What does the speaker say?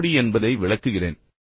எப்படி என்பதை விளக்குகிறேன்